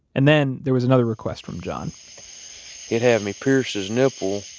and then there was another request from john he had me pierce his nipple